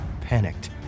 panicked